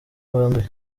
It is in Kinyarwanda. banduye